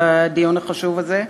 על הדיון החשוב הזה.